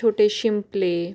छोटे शिंपले